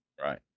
Right